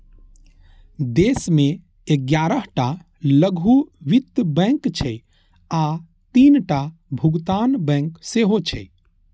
देश मे ग्यारह टा लघु वित्त बैंक छै आ तीनटा भुगतान बैंक सेहो छै